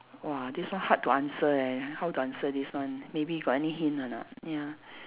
!wah! this one hard to answer eh how to answer this one maybe you got any hint or not ya